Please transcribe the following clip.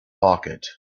pocket